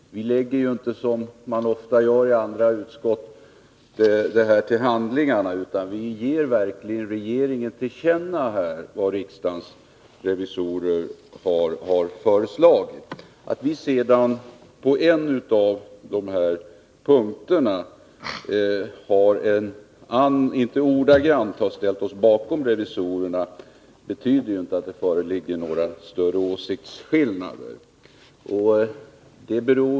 Vi lägger inte, som man ofta gör i andra utskott, det här till handlingarna, utan vi ger verkligen regeringen till känna vad riksdagens revisorer har föreslagit. Att vi sedan på en av punkterna inte ordagrant ställt oss bakom revisorernas förslag betyder ju inte att det föreligger några större åsiktsskillnader.